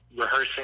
rehearsing